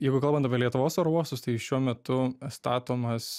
jeigu kalbant apie lietuvos oro uostus tai šiuo metu statomas